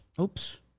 Oops